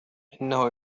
إنه